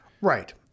right